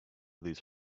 these